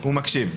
הוא מקשיב.